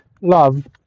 love